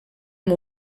amb